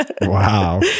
Wow